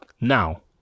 Now